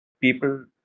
people